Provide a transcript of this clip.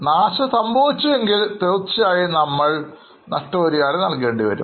നാശം സംഭവിച്ചു എങ്കിൽ തീർച്ചയായും നമ്മൾ നഷ്ടപരിഹാരം നൽകേണ്ടിവരും